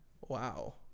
Wow